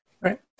Right